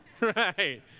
right